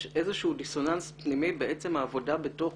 יש איזשהו דיסוננס פנימי בעצם העבודה בתוך